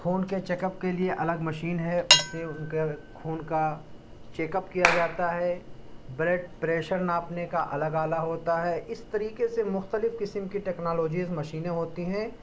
خون کے check up کے لیے الگ مشین ہے اس سے ان کے خون کا چیک اپ کیا جاتا ہے بلڈ پریشر ناپنے کا الگ آلہ ہوتا ہے اس طریقے سے مختلف قسم کی ٹکنالوجیز مشینیں ہوتی ہیں